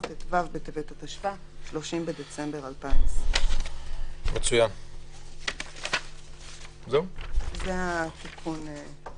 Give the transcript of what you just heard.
"ט"ו בטבת התשפ"א (30 בדצמבר 2020)". זה תיקון מס'